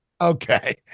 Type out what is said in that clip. Okay